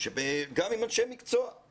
עכשיו סיימנו הכשרות קיץ ואחד מהנושאים המאוד מרכזיים